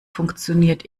funktioniert